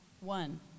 one